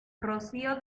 rocío